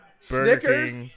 Snickers